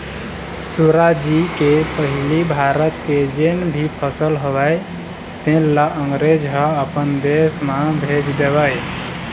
सुराजी के पहिली भारत के जेन भी फसल होवय तेन ल अंगरेज ह अपन देश म भेज देवय